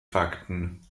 fakten